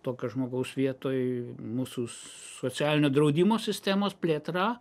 tokio žmogaus vietoj mūsų socialinio draudimo sistemos plėtra